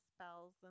spells